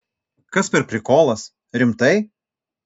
kas per prikolas rimtai